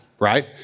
right